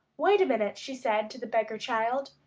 wait a minute, she said to the beggar-child.